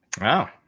Wow